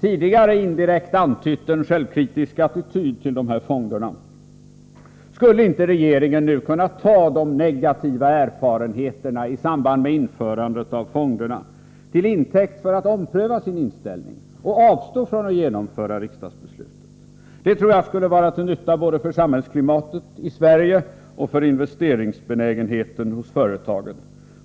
tidigare indirekt har antytt en kritisk attityd till fonderna: Skulle inte regeringen kunna ta de negativa erfarenheterna i samband med införandet av fonderna till intäkt för att ompröva sin inställning och avstå från att genomföra riksdagsbeslutet? Det tror jag skulle vara till nytta både för samhällsklimatet i Sverige och för investeringsbenägenheten hos företagen.